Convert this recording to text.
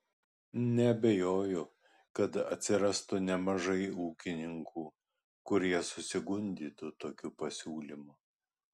neabejoju kad atsirastų nemažai ūkininkų kurie susigundytų tokiu pasiūlymu